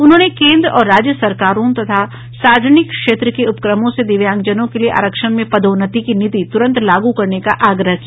उन्होंने केन्द्र और राज्य सरकारों तथा सार्वजनिक क्षेत्र के उपक्रमों से दिव्यांगजनों के लिए आरक्षण में पदोन्नति की नीति तुरन्त लागू करने का आग्रह किया